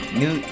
new